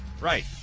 Right